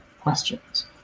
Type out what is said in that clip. questions